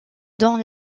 dans